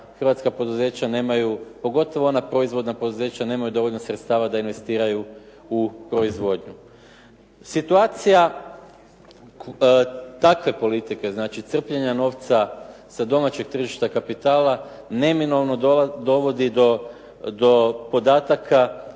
hrvatska poduzeća nemaju pogotovo ona proizvodna poduzeća nemaju dovoljno sredstava da investiraju u proizvodnju. Situacija takve politike, znači crpljenja novca sa domaćeg tržišta kapitala neminovno dovodi do podataka